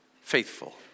faithful